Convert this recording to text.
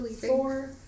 Four